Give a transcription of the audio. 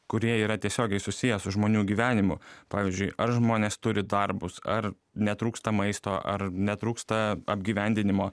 kurie yra tiesiogiai susiję su žmonių gyvenimu pavyzdžiui ar žmonės turi darbus ar netrūksta maisto ar netrūksta apgyvendinimo